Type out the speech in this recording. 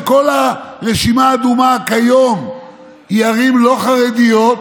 כשכל הרשימה האדומה כיום היא ערים לא חרדיות,